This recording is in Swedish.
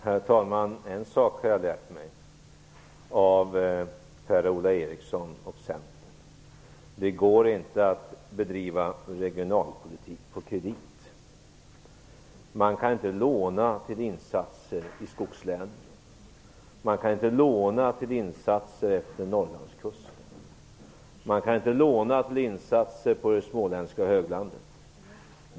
Herr talman! En sak har jag lärt mig av Per-Ola Eriksson och Centern. Det går inte att bedriva regionalpolitik på kredit. Man kan inte låna till insatser i skogslänen. Man kan inte låna till insatser efter Norrlandskusten. Man kan inte låna till insatser på det småländska höglandet.